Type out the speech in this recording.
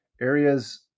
areas